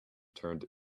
turned